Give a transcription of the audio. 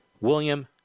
William